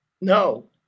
No